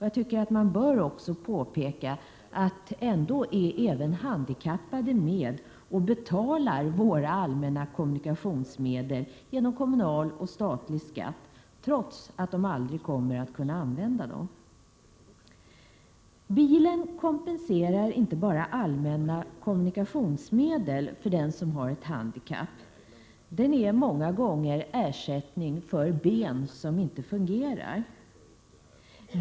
Jag tycker att man också bör påpeka att även handikappade är med och betalar våra allmänna kommunikationsmedel genom kommunal och statlig skatt, trots att de aldrig kommer att kunna använda dem. Bilen kompenserar inte bara allmänna kommunikationsmedel för den som har ett handikapp. Den är många gånger ersättning för ben som inte fungerar.